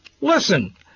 Listen